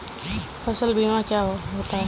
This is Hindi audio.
फसल बीमा क्या होता है?